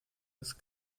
ist